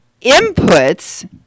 inputs